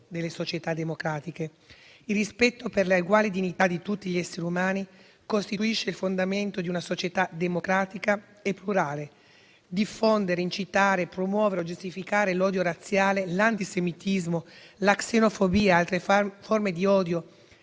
Il rispetto per l'eguale dignità di tutti gli esseri umani costituisce il fondamento di una società democratica e plurale. Diffondere, incitare e promuovere o giustificare l'odio razziale, l'antisemitismo, la xenofobia e altre forme di odio